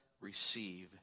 receive